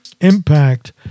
impact